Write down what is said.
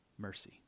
mercy